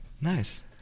Nice